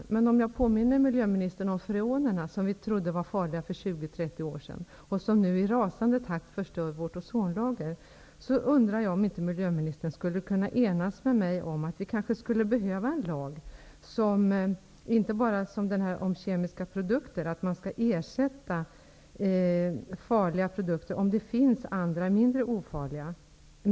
Om jag får påminna miljöministern om freonerna, som vi för 20-30 år sedan trodde var farliga och som nu i rasande takt förstör vårt ozonlager, undrar jag om inte miljöministern kan enas med mig om att vi kanske skulle behöva en lag, inte bara om att ersätta farliga kemiska ämnen om det finns andra mindre ofarliga.